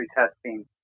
testing